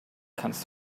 kannst